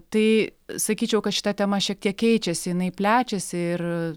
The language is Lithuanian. tai sakyčiau kad šita tema šiek tiek keičiasi jinai plečiasi ir